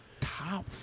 Top